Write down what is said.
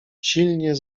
silnie